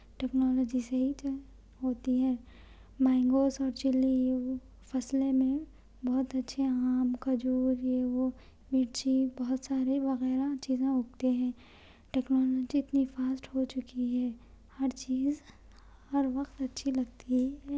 technology سے ہی تو ہوتی ہے مینگوز اور چلی ہی وہ فصلیں میں بہت اچھے آم کھجور یہ وہ مرچی بہت سارے وغیرہ چیزیں اگتے ہیں ٹیکنالوجی انتی فاسٹ ہو چکی ہے ہر چیز ہر وقت اچھی لگتی ہے